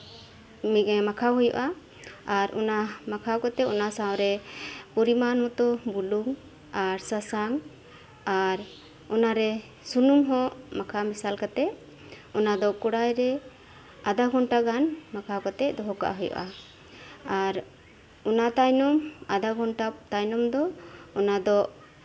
ᱢᱟᱠᱷᱟᱣ ᱦᱩᱭᱩᱜᱼᱟ ᱟᱨ ᱚᱱᱟ ᱢᱟᱠᱷᱟᱣ ᱠᱟᱛᱮᱫ ᱚᱱᱟ ᱥᱟᱶᱨᱮ ᱯᱚᱨᱤᱢᱟᱱ ᱢᱚᱛᱚᱵᱩᱞᱩᱝᱟᱨ ᱥᱟᱥᱟᱝ ᱟᱨ ᱚᱱᱟᱨᱮ ᱥᱩᱱᱩᱢ ᱦᱚᱸ ᱢᱟᱠᱷᱟᱣ ᱢᱮᱥᱟᱞ ᱠᱟᱛᱮᱫ ᱚᱱᱟ ᱫᱚ ᱠᱚᱨᱟᱭ ᱨᱮ ᱟᱫᱷᱟ ᱜᱷᱚᱱᱴᱟ ᱜᱟᱱ ᱰᱷᱟᱠᱟᱣ ᱠᱟᱛᱮᱫ ᱫᱚᱦᱚ ᱠᱟᱜ ᱦᱩᱭᱩᱜᱼᱟ ᱟᱨ ᱚᱱᱟ ᱛᱟᱭᱚᱢ ᱟᱫᱷᱟ ᱜᱷᱚᱱᱴᱟ ᱛᱟᱭᱱᱚᱢ ᱫᱚ ᱚᱱᱟ ᱫᱚ